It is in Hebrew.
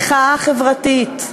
מחאה חברתית,